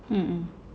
mmhmm